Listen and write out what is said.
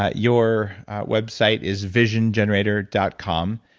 ah your website is visiongenerator dot com,